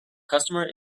customer